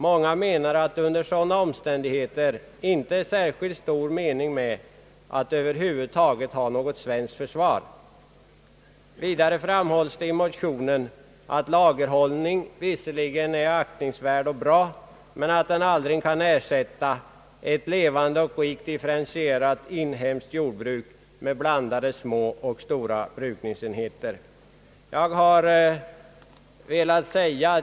Många menar att det under sådana omständigheter inte är särskilt stor mening med att över huvud taget ha något svenskt försvar.» Vidare framhålls det i motionen att lagerhållning visserligen är aktningsvärd och bra men aldrig kan ersätta ett levande och rikt differentierat inhemskt jordbruk med blandade små och stora brukningsenheter.